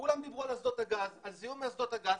כולם דיברו על הזיהום מאסדות הגז,